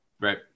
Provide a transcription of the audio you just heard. Right